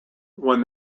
when